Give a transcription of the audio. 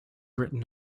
written